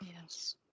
yes